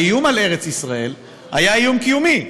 האיום על ארץ ישראל היה איום קיומי.